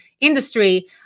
industry